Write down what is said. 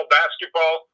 basketball